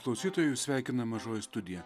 klausytojus sveikina mažoji studija